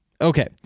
Okay